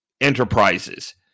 enterprises